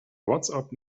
whatsapp